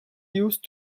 used